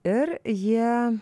ir jie